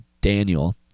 Daniel